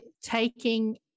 taking